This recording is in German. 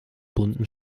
bunten